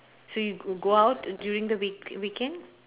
so you g~ go out during the week weekend